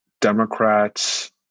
Democrats